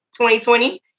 2020